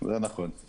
זה נכון.